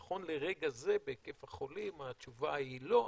נכון לרגע זה בהיקף החולים התשובה היא לא,